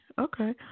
Okay